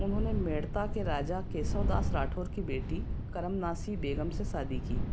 उन्होंने मेड़ता के राजा केसव दास राठौर की बेटी करमनासी बेगम से शादी की